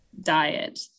diet